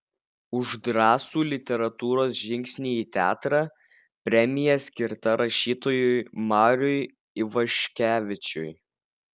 už drąsų literatūros žingsnį į teatrą premija skirta rašytojui mariui ivaškevičiui